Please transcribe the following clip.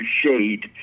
shade